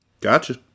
Gotcha